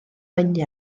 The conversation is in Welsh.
wenu